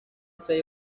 seis